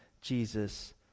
Jesus